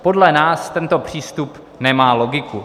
Podle nás tento přístup nemá logiku.